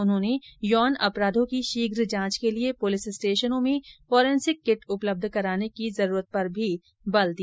उन्होंने यौन अपराधों की शीघ जांच के लिए पुलिस स्टेशनों में फोरेन्सिक किट उपलब्ध कराने की जरूरत पर भी बल दिया